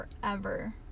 forever